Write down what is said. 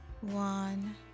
one